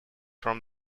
from